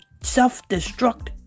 self-destruct